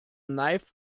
knife